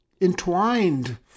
entwined